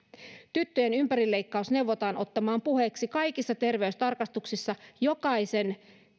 tyttöjen ympärileikkaus neuvotaan ottamaan puheeksi kaikissa terveystarkastuksissa jokaisen